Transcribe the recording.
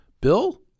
Bill